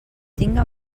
tinga